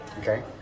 Okay